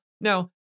Now